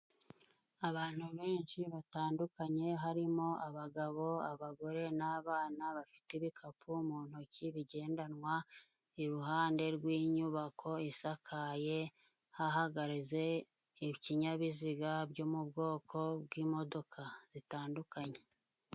Abantu benshi batandukanye harimo: abagabo, abagore n'abana ,bafite ibikapu mu ntoki bigendanwa, iruhande rw'inyubako isakaye, hahagaze ibyabiziga byo mu bwoko bw'imodoka zitandukanye.